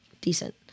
decent